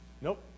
Nope